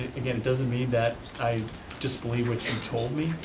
again, it doesn't mean that i disbelieve what you told me.